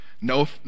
no